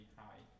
high